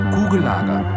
Kugellager